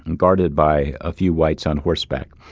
and guarded by a few whites on horseback.